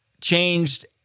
changed